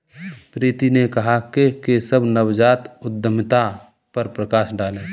प्रीति ने कहा कि केशव नवजात उद्यमिता पर प्रकाश डालें